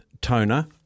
toner